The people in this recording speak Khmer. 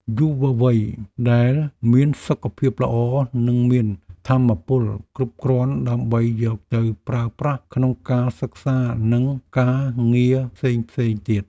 យុវវ័យដែលមានសុខភាពល្អនឹងមានថាមពលគ្រប់គ្រាន់ដើម្បីយកទៅប្រើប្រាស់ក្នុងការសិក្សានិងការងារផ្សេងៗទៀត។